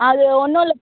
அது ஒன்றும் இல்லை